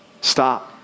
stop